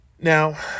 Now